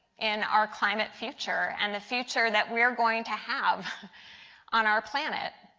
in our climate future. and the future that we are going to have on our planet.